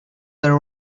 the